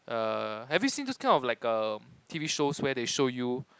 err have you seen those kind of like err t_v shows where they show you